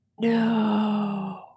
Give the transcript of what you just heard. No